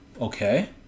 Okay